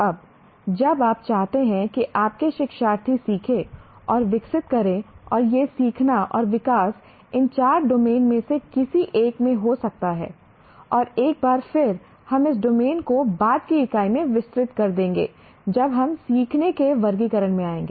अब जब आप चाहते हैं कि आपके शिक्षार्थी सीखें और विकसित करें और यह सीखना और विकास इन चार डोमेन में से किसी एक में हो सकता है और एक बार फिर हम इस डोमेन को बाद की इकाई में विस्तृत कर देंगे जब हम सीखने के वर्गीकरण में आएंगे